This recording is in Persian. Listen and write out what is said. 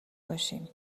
باشیم